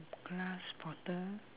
glass bottle